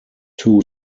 two